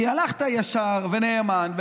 כי הלכת ישר ונאמן.